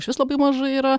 išvis labai mažai yra